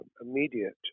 immediate